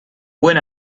buen